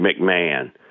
McMahon